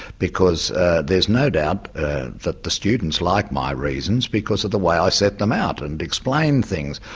because there's no doubt that the students like my reasons because of the way i set them out, and explain things.